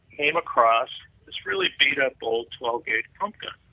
came across this really beat-up old twelve gig pump gun.